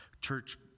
church